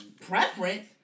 Preference